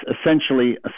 essentially